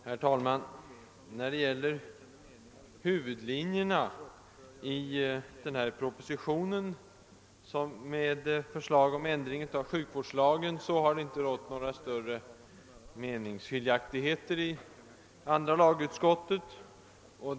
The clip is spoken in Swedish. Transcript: Herr talman! När det gäller huvudlinjerna i propositionen om ändring i sjukvårdslagen har det inte rått några större meningsskiljaktigheter inom andra lagutskottet.